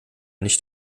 nicht